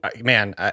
man